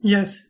Yes